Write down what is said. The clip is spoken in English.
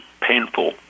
painful